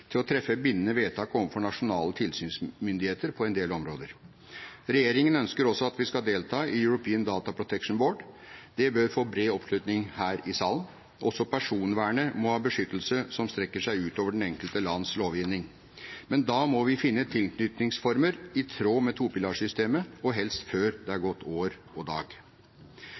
til å treffe bindende vedtak overfor nasjonale tilsynsmyndigheter på en del områder. Regjeringen ønsker også at vi skal delta i European Data Protection Board. Det bør få bred oppslutning her i salen. Også personvernet må ha beskyttelse som strekker seg ut over det enkelte lands lovgivning. Men da må vi finne tilknytningsformer i tråd med topilarsystemet, og helst før det er